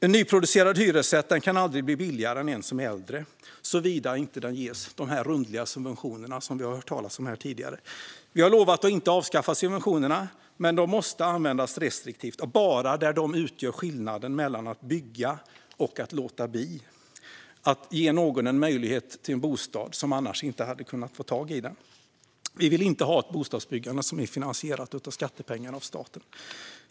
En nyproducerad hyresrätt kan aldrig bli billigare än en som är äldre, såvida den inte ges de rundliga subventioner som vi har hört talas om här tidigare. Vi har lovat att inte avskaffa subventionerna, men de måste användas restriktivt och bara där de innebär skillnaden mellan att bygga och att låta bli, så att någon som annars inte hade kunnat få tag på en bostad ges möjlighet till det. Vi vill inte ha ett bostadsbyggande som är finansierat med skattepengar från staten.